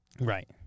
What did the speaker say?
Right